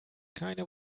keine